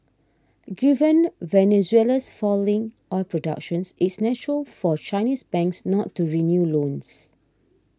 given Venezuela's falling oil production it's natural for Chinese banks not to renew loans